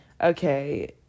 okay